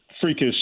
freakish